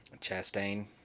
Chastain